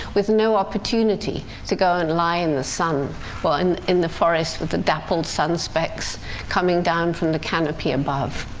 with no opportunity to go and lie in the sun, or and in the forest, with the dappled sun-specks coming down from the canopy above.